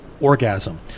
orgasm